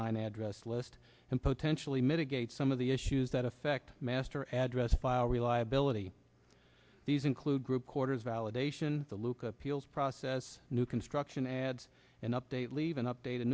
nine address list and potentially mitigate some of the issues that affect master address file reliability these include group quarters validation the luke appeals process new construction adds an update leave an update